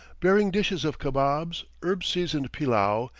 bearing dishes of kabobs, herb-seasoned pillau,